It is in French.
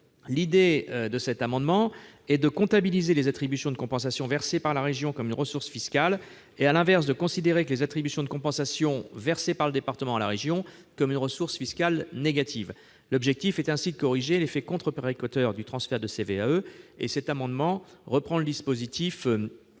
L'idée de cet amendement est de comptabiliser les attributions de compensation versées par la région comme une ressource fiscale et, à l'inverse, de considérer les attributions de compensation versées par le département à la région comme une ressource fiscale négative. L'objectif est ainsi de corriger l'effet contre-péréquateur du transfert de la CVAE. Cet amendement reprend le dispositif